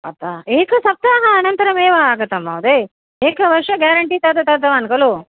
तथा एकसप्ताहानन्तरमेव आगतं महोदय एकवर्षं ग्यारेण्टि तद् दत्तवान् खलु